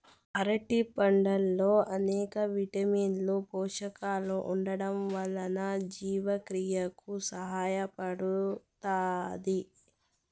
అరటి పండ్లల్లో అనేక విటమిన్లు, పోషకాలు ఉండటం వల్ల జీవక్రియకు సహాయపడుతాది